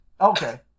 okay